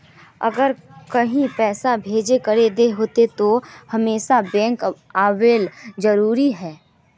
अगर कहीं पैसा भेजे करे के होते है तो हमेशा बैंक आबेले जरूरी है?